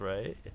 right